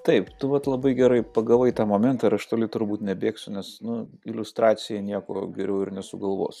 taip tu vat labai gerai pagavai tą momentą ir aš toli turbūt nebėgsiu nes nu iliustracija nieko geriau ir nesugalvosi